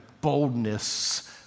boldness